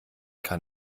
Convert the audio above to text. kann